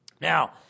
Now